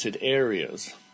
areas